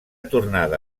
tornada